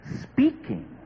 speaking